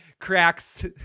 cracks